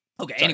Okay